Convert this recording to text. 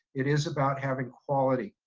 it is about having quality.